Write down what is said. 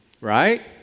right